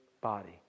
body